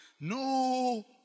No